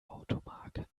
automarken